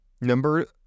Number